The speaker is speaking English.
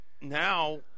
now